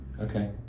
Okay